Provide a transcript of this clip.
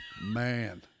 Man